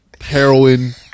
Heroin